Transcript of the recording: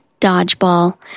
dodgeball